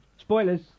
spoilers